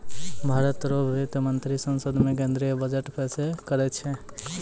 भारत रो वित्त मंत्री संसद मे केंद्रीय बजट पेस करै छै